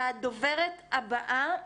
הדוברת הבאה,